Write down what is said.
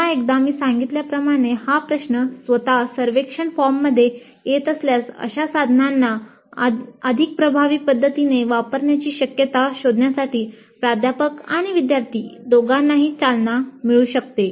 पुन्हा एकदा मी सांगितल्याप्रमाणे हा प्रश्न स्वतः सर्वेक्षण फॉर्ममध्ये येत असल्यास अशा साधनांना अधिक प्रभावी पद्धतीने वापरण्याची शक्यता शोधण्यासाठी प्राध्यापक आणि विद्यार्थी दोघांनाही चालना मिळू शकते